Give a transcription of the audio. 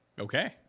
Okay